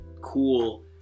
cool